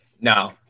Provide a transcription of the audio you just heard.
No